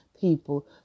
people